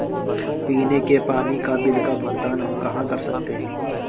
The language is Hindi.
पीने के पानी का बिल का भुगतान हम कहाँ कर सकते हैं?